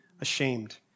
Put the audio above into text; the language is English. ashamed